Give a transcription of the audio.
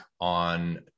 on